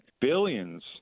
billions